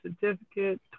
certificate